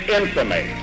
infamy